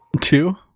Two